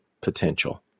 Potential